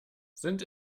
sind